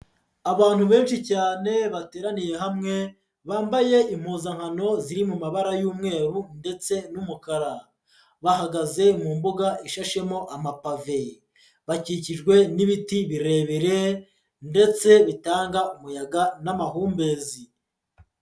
Abantu benshi cyane bateraniye hamwe, bambaye impuzankano ziri mu mabara y'umweru ndetse n'umukara, bahagaze mu mbuga ishashemo amapave, bakikijwe n'ibiti birebire ndetse bitanga umuyaga n'amahumbezi.